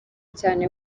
cyane